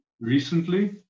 recently